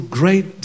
great